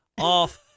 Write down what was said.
off